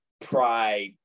Pride